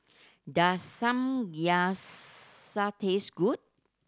does Samgyeopsal taste good